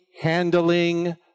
handling